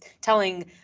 telling